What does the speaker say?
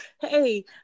Hey